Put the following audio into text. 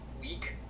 week